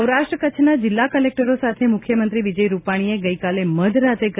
સૌરાષ્ટ્ર કચ્છના જિલ્લા કલેક્ટરો સાથે મુખ્યમંત્રી વિજય રૂપાણીએ ગઈકાલે મધરાત્રે કરી